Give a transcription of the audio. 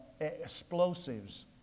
explosives